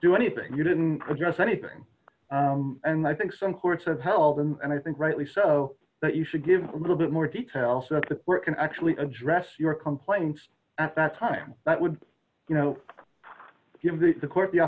do anything you didn't address anything and i think some courts have held and i think rightly so that you should give a little bit more detail so that the can actually address your complaints at that time that would you know give these the court the